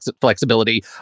flexibility